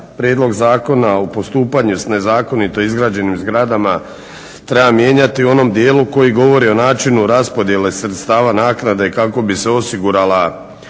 prijedlog zakona o postupanju s nezakonito izgrađenim zgradama treba mijenjati u onom dijelu koji govori o načinu raspodjele sredstava naknade kako bi se osigurala